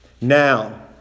Now